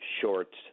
shorts